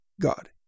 God